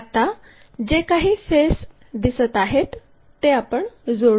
आता जे काही फेस दिसत आहेत ते आपण जोडू